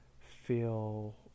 feel